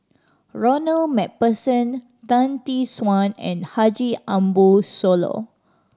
Ronald Macpherson Tan Tee Suan and Haji Ambo Sooloh